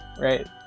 Right